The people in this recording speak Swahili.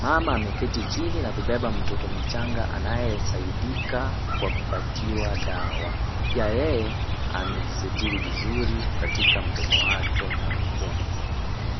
Mama ameketi chini na kubeba mtoto mchana anayesaidika kwa kupatiwa dawa. Pia yeye amejisitiri vizuri katika mdomo wake na mapua.